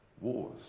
wars